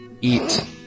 eat